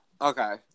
Okay